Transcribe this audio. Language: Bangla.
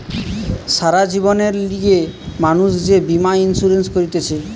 সারা জীবনের লিগে মানুষ যে বীমা ইন্সুরেন্স করতিছে